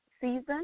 season